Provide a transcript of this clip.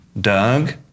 Doug